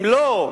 אם לא,